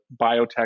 biotech